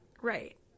right